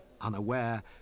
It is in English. unaware